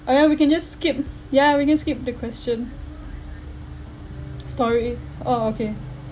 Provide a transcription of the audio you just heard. oh ya we can just skip ya we can skip the question story oh okay